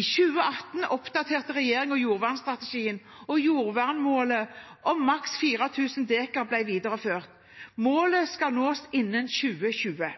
I 2018 oppdaterte regjeringen jordvernstrategien, og jordvernmålet om maks 4 000 dekar ble videreført. Målet skal nås innen 2020.